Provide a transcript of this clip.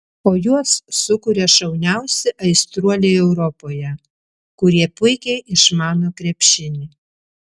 o juos sukuria šauniausi aistruoliai europoje kurie puikiai išmano krepšinį